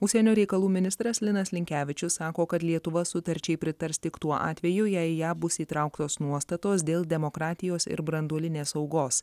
užsienio reikalų ministras linas linkevičius sako kad lietuva sutarčiai pritars tik tuo atveju jei į ją bus įtrauktos nuostatos dėl demokratijos ir branduolinės saugos